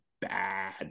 bad